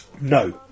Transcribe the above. no